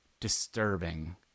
disturbing